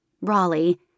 Raleigh